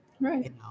Right